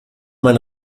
mein